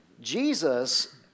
Jesus